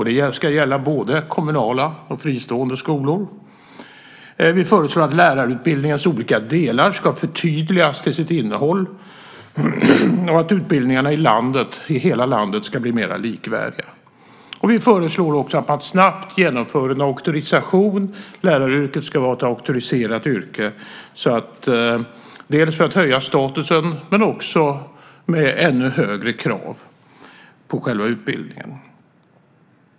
Det ska gälla både kommunala och fristående skolor. Vi föreslår att lärarutbildningens olika delar ska förtydligas till sitt innehåll och att utbildningarna i hela landet ska bli mer likvärdiga. Vi föreslår också att man snabbt genomför en auktorisation. Läraryrket ska vara ett auktoriserat yrke, dels för att höja statusen, dels för att få ännu högre krav på själva utbildningen.